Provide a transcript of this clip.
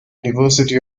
university